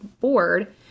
board